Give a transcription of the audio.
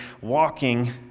walking